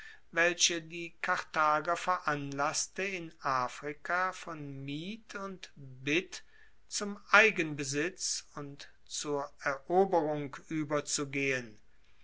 welche die karthager veranlasste in afrika von miet und bitt zum eigenbesitz und zur eroberung ueberzugehen